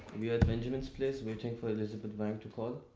we're at benjamin's place, waiting for elizabeth wang to call.